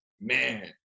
man